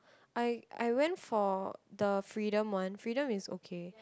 I I went for the Freedom one Freedom is okay